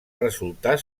resultar